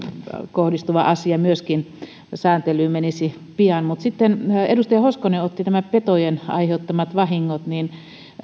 kohdistuva asia sääntely menisi myöskin pian eteenpäin mutta sitten kun edustaja hoskonen otti esiin petojen aiheuttamat vahingot niin